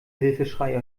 hilfeschreie